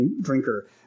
drinker